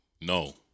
no